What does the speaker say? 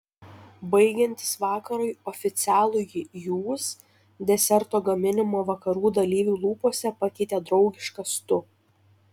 baigiantis vakarui oficialųjį jūs deserto gaminimo vakarų dalyvių lūpose pakeitė draugiškas tu